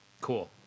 Cool